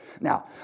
Now